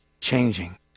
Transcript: changing